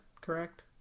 correct